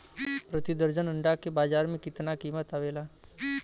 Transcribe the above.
प्रति दर्जन अंडा के बाजार मे कितना कीमत आवेला?